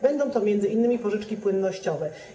Będą to m.in. pożyczki płynnościowe.